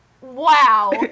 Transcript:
wow